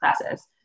classes